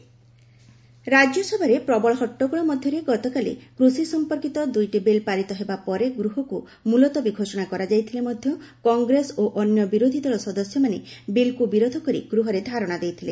farm bill opposition ରାଜ୍ୟସଭାରେ ପ୍ରବଳ ହଟ୍ଟଗୋଳ ମଧ୍ୟରେ କୃଷି ସମ୍ପର୍କିତ ଦୁଇଟି ବିଲ୍ ପାରିତ ହେବା ପରେ ଗୃହକୁ ମୁଲତବୀ ଘୋଷଣା କରାଯାଇଥିଲେ ମଧ୍ୟ କଂଗ୍ରେସ ଓ ଅନ୍ୟ ବିରୋଧି ଦଳ ସଦସ୍ୟମାନେ ବିଲ୍କୁ ବିରୋଧ କରି ଗୃହରେ ଧାରଣା ଦେଇଛନ୍ତି